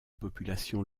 populations